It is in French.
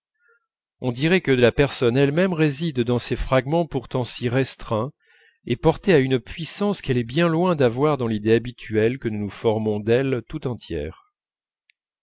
on dirait que la personne elle-même réside dans ces fragments pourtant si restreints et portée à une puissance qu'elle est bien loin d'avoir dans l'idée habituelle que nous nous formons d'elle tout entière